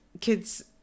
kids